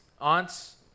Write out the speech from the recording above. aunts